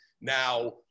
now